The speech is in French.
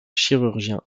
chirurgien